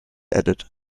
added